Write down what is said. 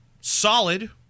solid